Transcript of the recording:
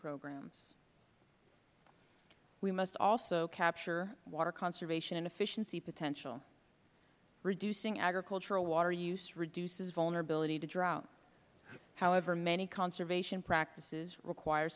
programs we must also capture water conservation and efficiency potential reducing agricultural water use reduces vulnerability to drought however many conservation practices require